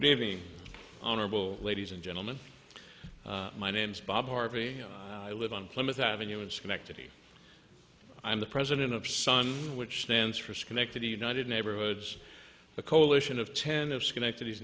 me honorable ladies and gentlemen my name's bob harvey i live on plymouth avenue in schenectady i'm the president of sun which stands for schenectady united neighborhoods the coalition of ten of schenectady